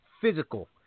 physical